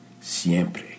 siempre